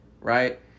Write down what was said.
Right